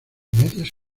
medias